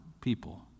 people